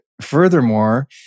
furthermore